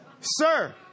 Sir